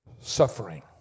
suffering